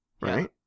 Right